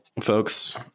folks –